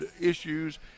issues